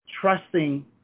trusting